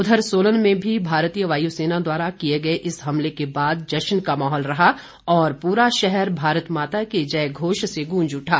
उधर सोलन में भी भारतीय वायुसेना द्वारा किए गए इस हमले के बाद जश्न का माहौल रहा और पूरा शहर भारत माता के जयघोष से गूंज उठा